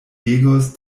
legos